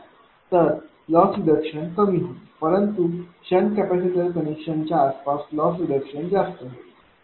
तर loss reduction कमी होईल परंतु शंट कॅपेसिटर कनेक्शनच्या आसपास लॉस रिडक्शन जास्त होईल